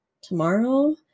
tomorrow